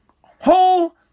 whole